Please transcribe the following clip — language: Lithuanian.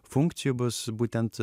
funkcijų bus būtent